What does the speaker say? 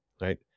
Right